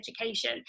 education